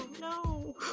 No